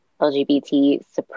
LGBT